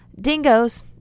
Dingoes